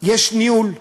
יש ניהול,